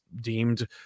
deemed